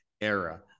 era